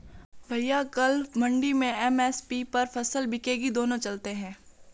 भैया कल मंडी में एम.एस.पी पर फसल बिकेगी दोनों चलते हैं